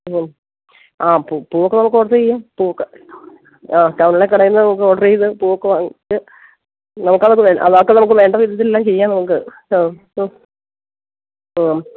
മ്മ് ആ പൂവൊക്കെ നമുക്കോർഡറെയ്യാം പൂവൊക്കെ ആ ടൗണിലെ കടയില്നിന്നു നമുക്ക് ഓർഡറേയ്ത് പൂവൊക്കെ വാങ്ങിച്ച് നോക്കാം നമുക്ക് ബാക്കി നമുക്കു വേണ്ട വിധത്തിലെല്ലാം ചെയ്യാം നമുക്ക് ആ അ മ്മ്